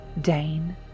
Dane